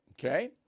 Okay